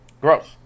Gross